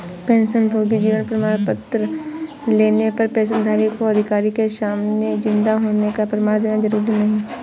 पेंशनभोगी जीवन प्रमाण पत्र लेने पर पेंशनधारी को अधिकारी के सामने जिन्दा होने का प्रमाण देना जरुरी नहीं